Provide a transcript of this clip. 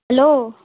hello